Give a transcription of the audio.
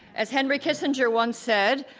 as henry kissinger once said,